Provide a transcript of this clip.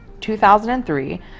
2003